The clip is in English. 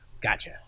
Gotcha